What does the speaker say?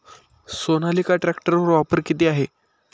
सोनालिका ट्रॅक्टरवर ऑफर किती आहे?